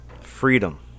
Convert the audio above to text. Freedom